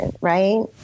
Right